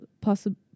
possible